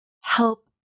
help